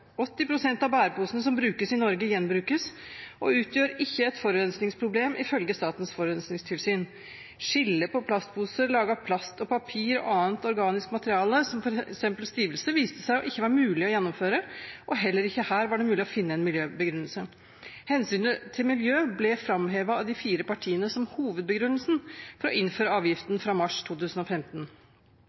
pst. av bæreposene som brukes i Norge, gjenbrukes og utgjør ikke et forurensningsproblem, ifølge Statens forurensningstilsyn. Skillet på plastposer laget av plast og papir og annet organisk materiale som f.eks. stivelse viste seg ikke å være mulig å gjennomføre. Heller ikke her var det mulig å finne en miljøbegrunnelse. Hensynet til miljø ble framhevet av de fire partiene som hovedbegrunnelsen for å innføre avgiften fra mars 2015.